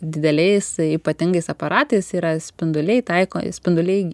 dideliais ypatingais aparatais yra spinduliai taiko spinduliai